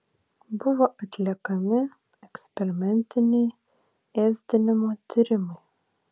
buvo atliekami eksperimentiniai ėsdinimo tyrimai